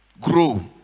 grow